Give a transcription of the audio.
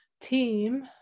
team